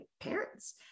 parents